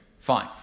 Fine